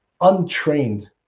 untrained